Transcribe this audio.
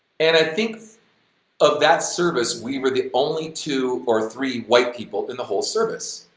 and i think of that service we were the only two or three white people in the whole service.